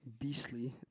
beastly